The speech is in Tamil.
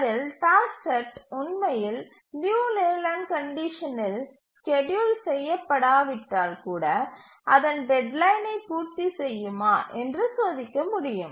அதில் டாஸ்க் செட் உண்மையில் லியு லேலேண்ட் கண்டிஷனில் ஸ்கெட்யூல் செய்யப்படாவிட்டால் கூட அதன் டெட்லைனை பூர்த்தி செய்யுமா என்று சோதிக்க முடியும்